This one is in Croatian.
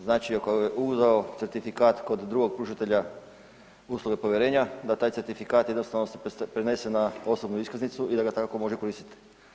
Znači ako je uzeo certifikat kod drugog pružatelja usluge povjerenja da taj certifikat jednostavno se prenese na osobnu iskaznicu i da ga tako može koristiti.